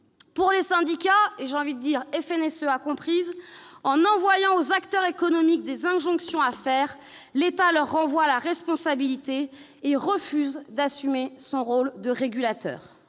Pour les syndicats- y compris la FNSEA -,« en envoyant aux acteurs économiques des injonctions à faire, l'État leur renvoie la responsabilité et refuse d'assumer son rôle de régulateur